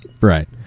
right